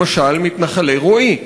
למשל מתנחלי רועי.